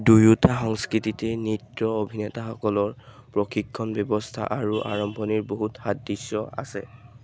দুয়োটা সংস্কৃতিতে নৃত্য অভিনেতাসকলৰ প্ৰশিক্ষণ ব্যৱস্থা আৰু আৰম্ভণিৰ বহুত সাদৃশ্য আছে